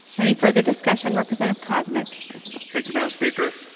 any further discussion? representative koznick thank you mme. um speaker.